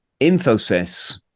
Infosys